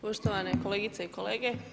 Poštovane kolegice i kolege.